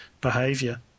behavior